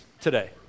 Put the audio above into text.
today